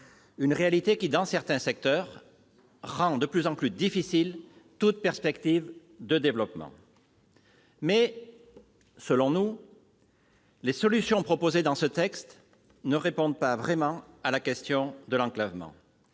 une réalité qui, dans certains secteurs, rend de plus en plus difficile toute perspective de développement. Toutefois, selon nous, les solutions proposées dans ce texte ne répondent pas vraiment à la question de l'enclavement.